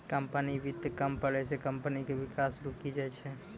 company वित्त कम पड़ै से कम्पनी के विकास रुकी जाय छै